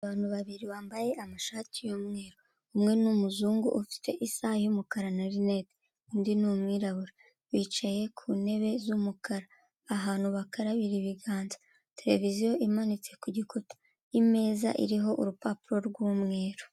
Abantu babiri bambaye amashati y'umweru umwe ni umuzungu ufite isaha y'umukara na rineti undi ni umwirabura bicaye ku ntebe z'umukara ahantu bakarabira ibiganza, televiziyo imanitse ku gikuta, imeza iriho urupapuro rw'umweru.